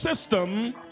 system